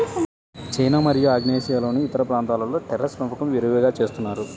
China మరియు ఆగ్నేయాసియాలోని ఇతర ప్రాంతాలలో టెర్రేస్ పెంపకం విరివిగా చేస్తున్నారు